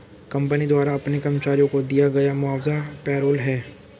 company द्वारा अपने कर्मचारियों को दिया गया मुआवजा पेरोल है